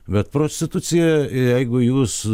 bet prostitucija jeigu jūs